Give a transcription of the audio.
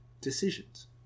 decisions